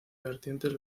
vertientes